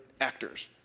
actors